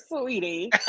sweetie